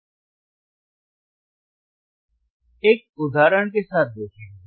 हम एक उदाहरण के साथ देखेंगे